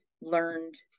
learned